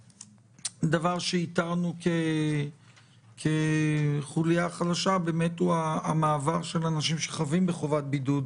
הדבר שאיתרנו כחוליה חלשה היא המעבר של אנשים שחבים בחובת בידוד,